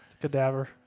Cadaver